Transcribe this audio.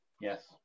Yes